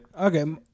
Okay